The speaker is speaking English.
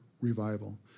revival